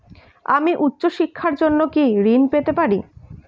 আমি উচ্চশিক্ষার জন্য কি ঋণ পেতে পারি?